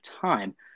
time